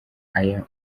ayo